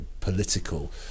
political